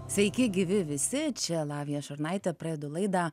sveiki gyvi visi čia lavija šurnaitė pradedu laidą